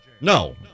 No